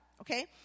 okay